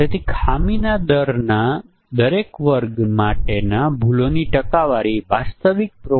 તેથી રકમ અને આ મહિના માટે ડાઉન પેમેન્ટ અને ચુકવણીની આવર્તન કેટલી છે